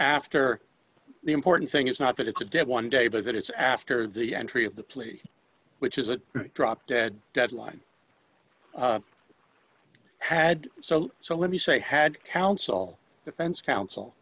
after the important thing is not that it's a dead one day but that it's after the entry of the plea which is a drop dead deadline had so so let me say had council defense coun